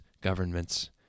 governments